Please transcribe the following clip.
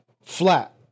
flat